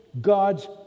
God's